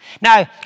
Now